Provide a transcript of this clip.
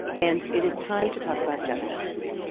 and it is time to talk about jeff sessions